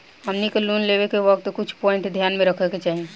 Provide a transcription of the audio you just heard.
हमनी के लोन लेवे के वक्त कुछ प्वाइंट ध्यान में रखे के चाही